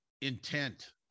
intent